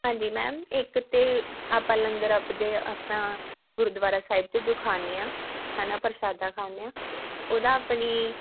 ਹਾਂਜੀ ਮੈਮ ਇੱਕ ਤਾਂ ਆਪਾਂ ਲੰਗਰ ਆਪਦੇ ਆਪਣਾ ਗੁਰਦੁਆਰਾ ਸਾਹਿਬ 'ਚ ਜੋ ਖਾਂਦੇ ਹਾਂ ਹੈ ਨਾ ਪ੍ਰਸ਼ਾਦਾ ਖਾਂਦੇ ਹਾਂ ਉਹਦਾ ਆਪਣੀ